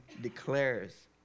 declares